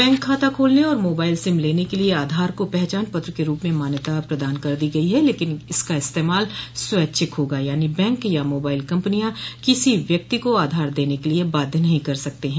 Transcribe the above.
bank खाता खोलने और मोबाइल सिम लेने के लिए आधार को पहचान पत्र के रूप में मान्यता प्रदान कर दी गयी है लेकिन इसका इस्तेमाल स्वैच्छिक होगा यानी बैंक या मोबाइल कंपनियां किसी व्यक्ति को आधार देने के लिए बाध्य नहीं कर सकते हैं